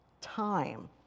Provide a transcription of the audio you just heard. time